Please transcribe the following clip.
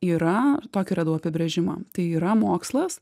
yra ar tokį radau apibrėžimą tai yra mokslas